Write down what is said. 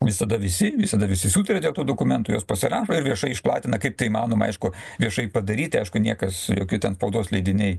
visada visi visada visi sutaria dėl tų dokumentų juos pasirašo ir viešai išplatina kaip tai įmanoma aišku viešai padaryti aišku niekas jokių ten spaudos leidiniai